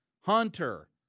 Hunter